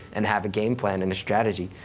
and have a game plan and a strategy.